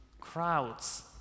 crowds